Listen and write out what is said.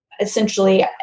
essentially